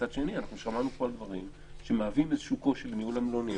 מצד שני שמענו פה על דברים שמהווים איזשהו קושי בניהול המלוניות.